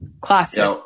classic